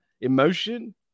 emotion